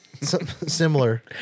similar